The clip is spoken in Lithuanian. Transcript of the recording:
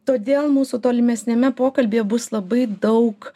todėl mūsų tolimesniame pokalbyje bus labai daug